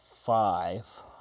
five